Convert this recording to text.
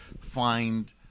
find